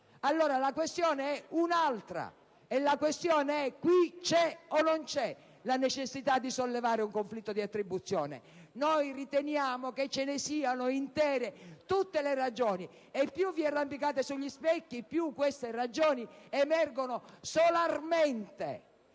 Comuni. La questione è allora un'altra: qui c'è o no la necessità di sollevare un conflitto di attribuzione? Noi riteniamo che ce ne siano intere tutte le ragioni, e più vi arrampicate sugli specchi, più queste ragioni emergono solarmente.